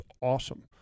awesome